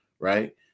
right